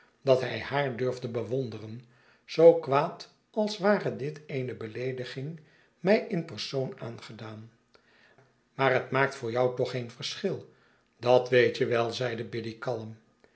dat hij haar durfde bewonderen zoo kwaad als ware dit eene beleediging mij in persoon aangedaan maar het maakt voor jou toch geen verschil dat weet je wel zeide biddy kalm